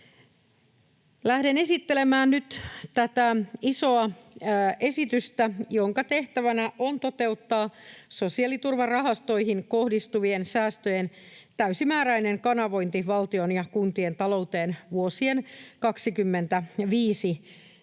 Lähden esittelemään nyt tätä isoa esitystä, jonka tehtävänä on toteuttaa sosiaaliturvarahastoihin kohdistuvien säästöjen täysimääräinen kanavointi valtion ja kuntien talouteen vuosien 25—28